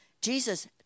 Jesus